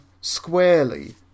squarely